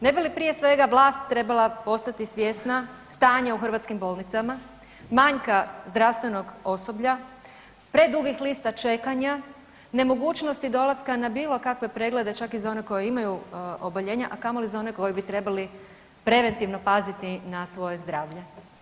Ne bi li prije svega vlast trebala postati svjesna stanja u hrvatskim bolnicama, manjka zdravstvenog osoblja, predugih lista čekanja, nemogućnosti dolaska na bilo kakve preglede čak i za one koji imaju oboljenja, a kamoli za one koji bi trebali preventivno paziti na svoje zdravlje.